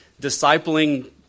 discipling